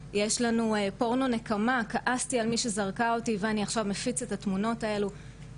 כשחקרתי מה קורה ליועצות ואנשי חינוך כשהם באים במגע עם התופעות האלו,